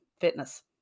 fitness